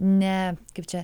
ne kaip čia